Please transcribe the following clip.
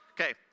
Okay